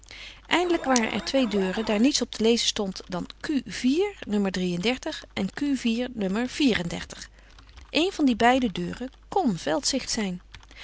eindelijk waren er twee deuren daar niets op te lezen stond dan q no en q no een van die beide deuren kon veldzicht zijn